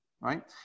right